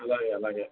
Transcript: అలాగే అలాగే